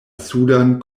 sudan